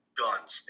guns